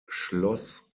schloss